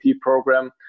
program